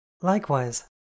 Likewise